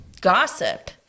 gossip